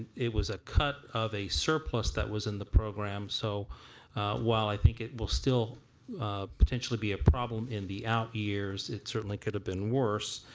it was a cut of a surplus that was in the program so while i think it will still potentially be a problem in the out years it certainly could have been worse